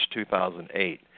2008